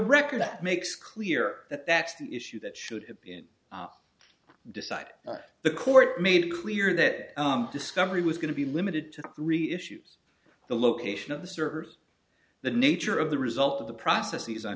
record that makes clear that that's an issue that should have been decided the court made clear that discovery was going to be limited to three issues the location of the servers the nature of the result of the processes on